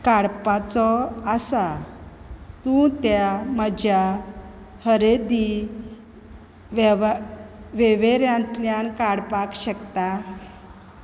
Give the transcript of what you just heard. काडपाचो आसा तूं त्या म्हज्या खरेदी वेव्हा वळेरेंतल्यान काडपाक शकता